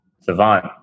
savant